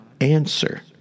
answer